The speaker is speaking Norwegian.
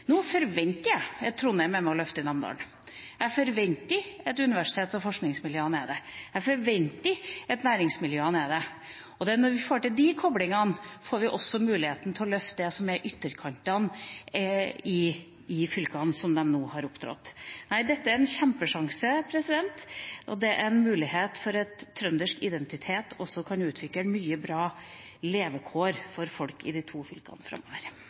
Nå forventer jeg at Trondheim er med på å løfte Namdalen. Jeg forventer at universitets- og forskningsmiljøene er det. Jeg forventer at næringsmiljøene er det. Det er når vi får til disse koblingene, at vi også får muligheten til å løfte det som er ytterkantene i fylkene som de nå har dratt opp. Dette er en kjempesjanse, og det er en mulighet for at trøndersk identitet også kan utvikle mye bra levekår for folk i de to fylkene framover.